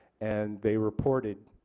and they reported